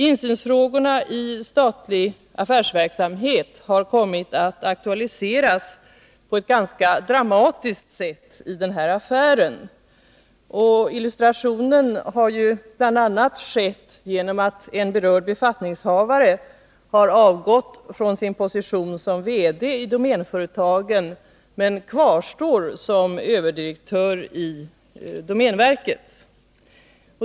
Insynsfrågorna i statlig affärsverksamhet har kommit att aktualiseras på ett ganska dramatiskt sätt i den här affären, och det illustreras bl.a. genom att en berörd befattningshavare har avgått från sin position som VD i domänföretagen men kvarstår som överdirektör i domänverket.